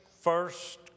first